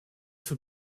for